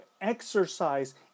exercise